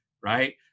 right